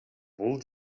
бул